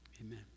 Amen